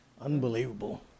Unbelievable